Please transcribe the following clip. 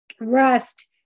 rest